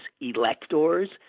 electors